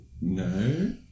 no